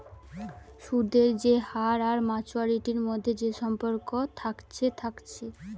সুদের যে হার আর মাচুয়ারিটির মধ্যে যে সম্পর্ক থাকছে থাকছে